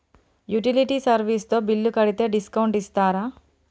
Utility service తో bill కడితే discount ఇస్తరా?